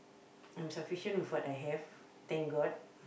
I'm sufficient with what I have thank god